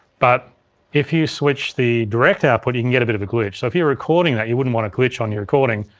but if you switch the direct output you can get a bit of a glitch. so if you're recording that, you wouldn't want a glitch on your recording,